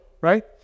right